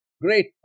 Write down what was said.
Great